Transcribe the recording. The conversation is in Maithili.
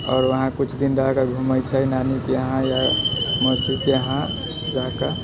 आओर वहाँ किछु दिन रह कऽ घुमै छै नानीके यहाँ या मौसीके यहाँ जाकऽ